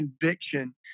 conviction